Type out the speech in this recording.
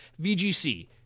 VGC